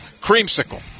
Creamsicle